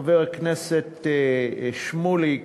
חבר הכנסת שמולי,